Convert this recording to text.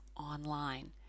online